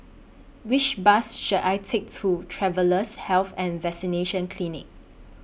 Which Bus should I Take to Travellers' Health and Vaccination Clinic